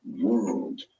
world